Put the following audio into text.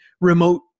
remote